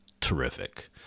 terrific